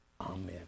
Amen